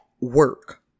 work